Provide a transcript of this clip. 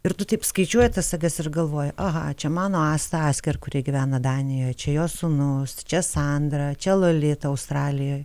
ir taip skaičiuoji tas sagas ir galvoji aha čia mano asta asker kuri gyvena danijoje čia jos sūnus čia sandra čia lolita australijoj